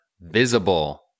visible